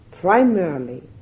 primarily